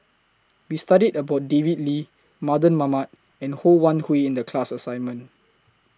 We studied about David Lee Mardan Mamat and Ho Wan Hui in The class assignment